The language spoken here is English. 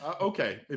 Okay